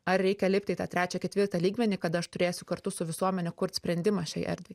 ar reikia lipti į tą trečią ketvirtą lygmenį kad aš turėsiu kartu su visuomene kurt sprendimą šiai erdvei